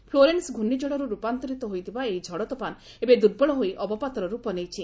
Florence ଘୂର୍ଷିଝଡ଼ରୁ ରୂପାନ୍ତରିତ ହୋଇଥିବା ଏହି ଝଡ଼ତୋଫାନ ଏବେ ଦୁର୍ବଳ ହୋଇ ଅବପାତର ରୂପ ନେଇଛି